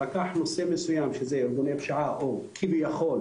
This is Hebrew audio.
לקח נושא מסוים שזה ארגוני פשיעה או כביכול